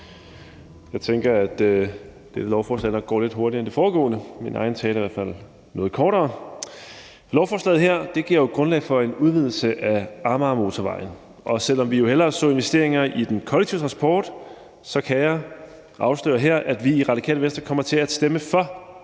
Jeg tænker, at det er et lovforslag, hvor forhandlingen går lidt hurtigere end ved det foregående. Min egen tale er i hvert fald noget kortere. Lovforslaget her giver grundlag for en udvidelse af Amagermotorvejen, og selv om vi jo hellere så investeringer i den kollektive transport, kan jeg afsløre her, at vi i Radikale Venstre kommer til at stemme for